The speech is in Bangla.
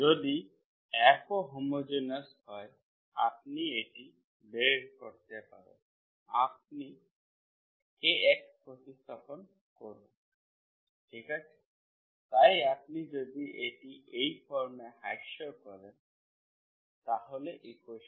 যদি f ও হোমোজেনিয়াস হয় আপনি এটি বের করতে পারেন যখন আপনি K x প্রতিস্থাপন করেন ঠিক আছে তাই আপনি যদি এটি এই ফর্মে হ্রাস করেন fa1k Xb1k Ya2k Xb2k Yklfa1Xb1Ya2Xb2Y তাহলে ইকুয়েশন্টি হোমোজেনিয়াস